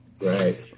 right